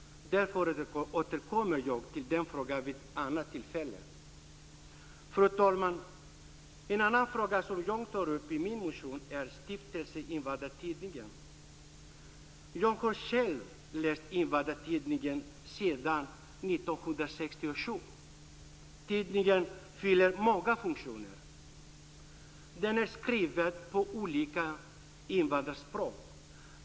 Därför återkommer jag till den frågan vid annat tillfälle. Fru talman! En annan fråga som jag tar upp i min motion är Stiftelsen Invandrartidningen. Jag har själv läst Invandrartidningen sedan 1967. Tidningen fyller många funktioner. Den är skriven på olika invandrarspråk.